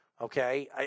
Okay